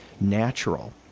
natural